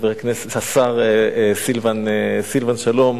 השר סילבן שלום,